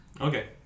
Okay